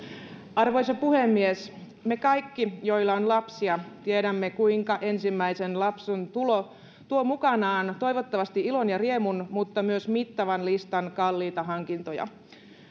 arvoisa puhemies me kaikki joilla on lapsia tiedämme kuinka ensimmäisen lapsen tulo tuo mukanaan toivottavasti ilon ja riemun mutta myös mittavan listan kalliita hankintoja